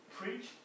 preach